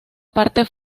parte